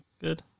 good